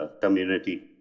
community